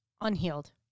unhealed